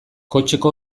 kotxeko